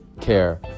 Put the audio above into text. care